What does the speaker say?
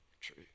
true